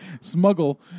smuggle